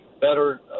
better